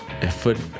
effort